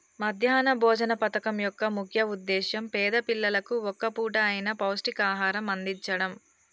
మధ్యాహ్న భోజన పథకం యొక్క ముఖ్య ఉద్దేశ్యం పేద పిల్లలకు ఒక్క పూట అయిన పౌష్టికాహారం అందిచడం